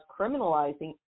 criminalizing